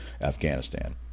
Afghanistan